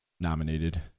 nominated